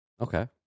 Okay